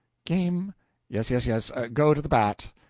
game yes, yes, yes! go to the bat.